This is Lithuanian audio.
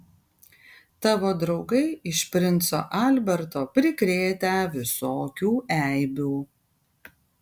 tavo draugai iš princo alberto prikrėtę visokių eibių